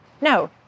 No